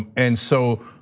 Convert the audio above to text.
and so,